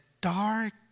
dark